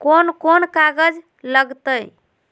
कौन कौन कागज लग तय?